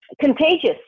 contagious